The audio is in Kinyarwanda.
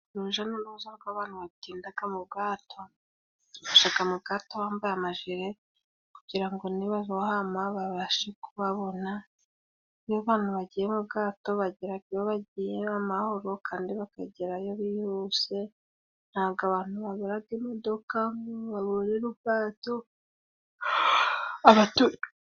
Urujya n'uruza rw'abantu batinda mu bwato, baca mu bwato bambaye amajire kugira ngo nibarohama babashe kubabona. Iyo abantu bagiye mu bwato bagera iyo bagiye amahoro kandi bakagerayo bihuse ntabwo abantu babura imodoka baburira ubwato abatuga...